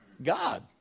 God